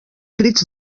crits